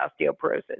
osteoporosis